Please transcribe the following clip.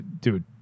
dude